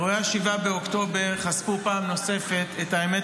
אירועי 7 באוקטובר חשפו פעם נוספת את האמת